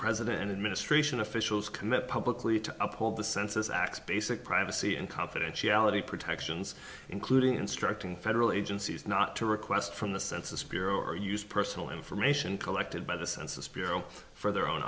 president and administration officials commit publicly to uphold the census acts basic privacy and confidentiality protections including instructing federal agencies not to request from the census bureau or use personal information collected by the census bureau for their own